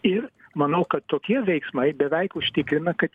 ir manau kad tokie veiksmai beveik užtikrina kad